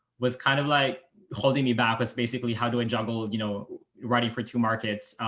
was kind of like holding me back was basically how to juggle, you know, writing for two markets,